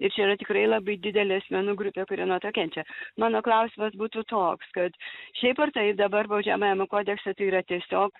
ir čia yra tikrai labai didelė asmenų grupė kuri nuo to kenčia mano klausimas būtų toks kad šiaip ar taip dabar baudžiamajame kodekse tai yra tiesiog